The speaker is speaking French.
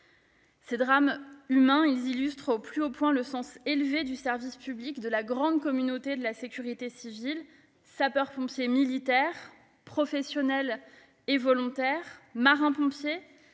Ces drames humains illustrent au plus haut point le sens élevé du service public de la grande communauté de la sécurité civile : sapeurs-pompiers militaires, professionnels et volontaires, marins-pompiers,